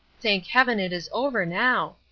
thank heaven it is over now.